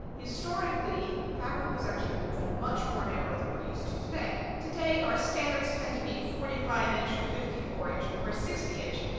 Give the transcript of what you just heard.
historically, fabric was actually woven much more narrower than we're used to today. today our standards tend to be forty five inch, fifty four inch or sixty inch.